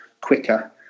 quicker